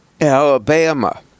Alabama